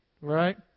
Right